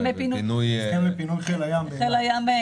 הסכם לפינוי חיל הים באילת.